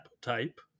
type